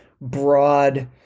broad